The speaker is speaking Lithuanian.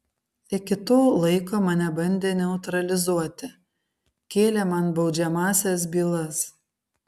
iki to laiko mane bandė neutralizuoti kėlė man baudžiamąsias bylas